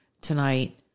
tonight